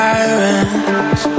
Sirens